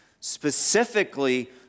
specifically